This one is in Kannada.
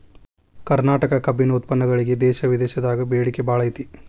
ಕರ್ನಾಟಕ ಕಬ್ಬಿನ ಉತ್ಪನ್ನಗಳಿಗೆ ದೇಶ ವಿದೇಶದಾಗ ಬೇಡಿಕೆ ಬಾಳೈತಿ